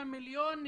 אבל 423 מיליון,